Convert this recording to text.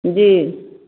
जी